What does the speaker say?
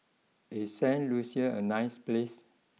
is Saint Lucia a nice place